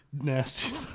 nasty